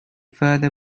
further